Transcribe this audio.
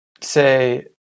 say